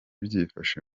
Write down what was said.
byifashe